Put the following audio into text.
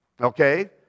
okay